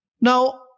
Now